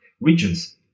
regions